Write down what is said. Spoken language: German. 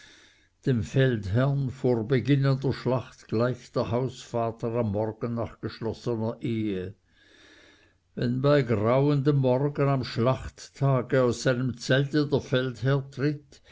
dem feldherrn vor beginnen der schlacht gleicht der hausvater am morgen nach geschlossener ehe wenn bei grauen dem morgen am schlachttage aus seinem zelte der feldherr tritt